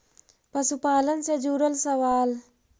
पशुपालन से जुड़ल सवाल?